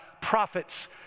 prophets